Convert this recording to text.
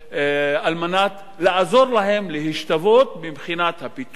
כדי לעזור להן להשתוות מבחינת הפיתוח